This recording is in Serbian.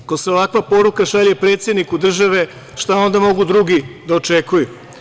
Ako se ovakva poruka šalje predsedniku države, šta onda mogu drugi da očekuju?